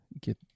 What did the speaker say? get